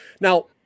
Now